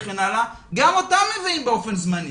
אבל גם אותם מביאים באופן זמני.